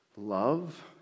love